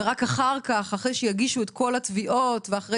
ורק אחרי שמגישים את כל התביעות ורק אחרי